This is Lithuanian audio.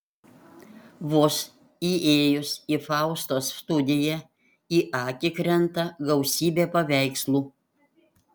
vos įėjus į faustos studiją į akį krenta gausybė paveikslų